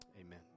amen